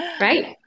Right